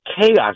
chaos